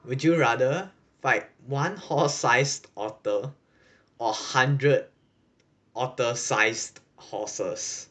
would you rather fight one horse sized otter or a hundred otter sized horses